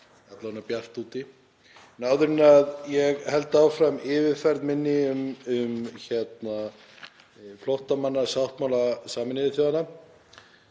alla vega bjart úti. Áður en ég held áfram yfirferð minni um flóttamannasáttmála Sameinuðu þjóðanna